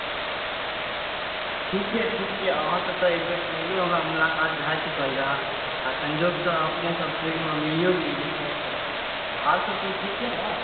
ठीक यऽ ठीक यऽ अहाँ से एक बेर पहिलहो हमरा मुलाकात भऽ चुकल रहै आइ सन्योगसँ हमहुँ सभ ट्रेनमे मिलियो गेलियै फेर सॅं आर सभ कहु ठीक छै ने